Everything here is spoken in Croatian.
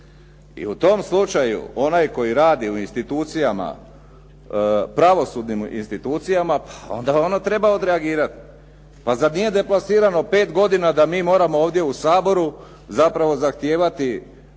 I u tom slučaju onaj koji radi u pravosudnim institucijama onda on treba odreagirati. Pa zar nije deplasirano pet godina da mi moramo ovdje u Saboru zapravo zahtijevati